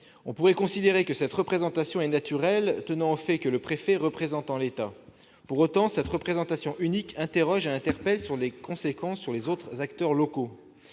On pourrait considérer que cette représentation est naturelle, tenant au fait que le préfet représente l'État. Pour autant, cette représentation unique interroge et interpelle quant à ses conséquences sur les autres acteurs locaux.